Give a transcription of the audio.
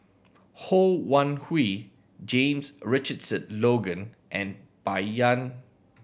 Ho Wan Hui James Richardson Logan and Bai Yan